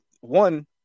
one